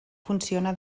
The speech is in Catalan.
funciona